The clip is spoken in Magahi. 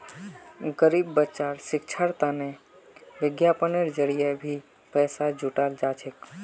गरीब बच्चार शिक्षार तने विज्ञापनेर जरिये भी पैसा जुटाल जा छेक